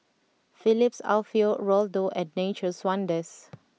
Phillips Alfio Raldo and Nature's Wonders